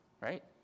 right